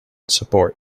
support